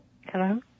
Hello